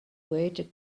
waited